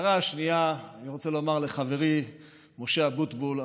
הערה שנייה אני רוצה לומר לחברי משה אבוטבול: